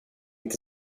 inte